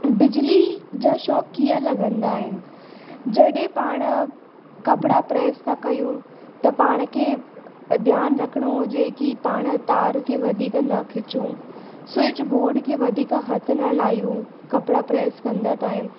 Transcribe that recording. बिजली जा शॉक कीअं लॻंदा आहिनि जॾहिं पाण कपिड़ा प्रेस था कयूं त पाण खे ध्यानु रखिणो हुजे की पाण तार खे वधीक न खिचूं स्विच बोर्ड खे वधीक हथ न लाहियूं कपिड़ा प्रेस कंदा टाइम